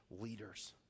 leaders